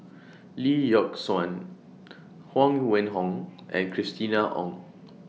Lee Yock Suan Huang Wenhong and Christina Ong